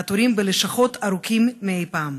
והתורים בלשכות ארוכים מאי פעם.